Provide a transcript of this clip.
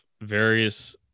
various